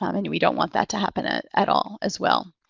um and we don't want that to happen at at all as well.